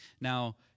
Now